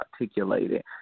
articulated